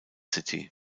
city